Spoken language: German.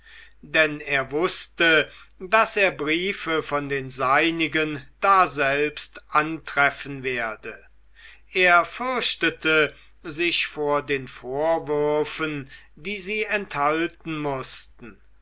denn er wußte daß er briefe von den seinigen daselbst antreffen werde er fürchtete sich vor den vorwürfen die sie enthalten mußten